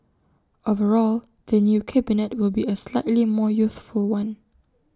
overall the new cabinet will be A slightly more youthful one